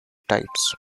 types